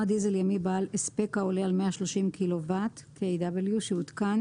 דיזל ימי בעל הספק העולה על 130 קילוואט (Kw) שהותקן